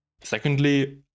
Secondly